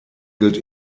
gilt